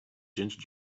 ginger